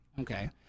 okay